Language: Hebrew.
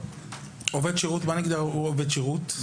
עובד שירות מתייחס לעובד תחזוקה,